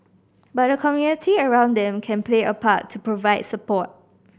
but the community around them can play a part to provide support